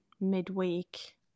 midweek